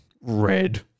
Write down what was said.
Red